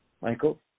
Michael